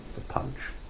punch.